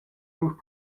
lur